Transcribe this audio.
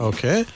Okay